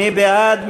מי בעד?